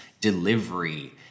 delivery